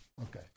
Okay